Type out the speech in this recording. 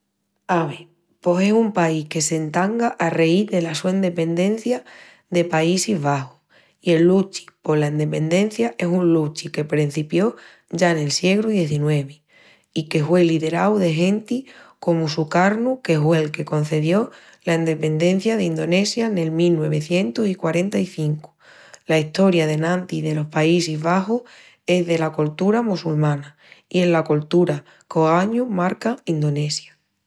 Ave, pos es un país que s'entanga a reís dela su endependencia de Paísis Baxus. I el luchi pola endependencia es un luchi que prencipió ya nel siegru XIX i que hue liderau de genti comu Sukarno, que hue'l que concedió la endependencia d'Indonesia nel mil nuevecientus i quarenta-i-cincu. La estoría d'enantis delos Paísis Baxus es dela coltura mossulmana i es la coltura qu'ogañu marca Indonesia.